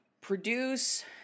produce